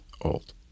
old